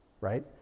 right